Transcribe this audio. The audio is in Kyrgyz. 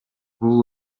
бул